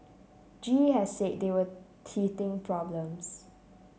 G E has said they were teething problems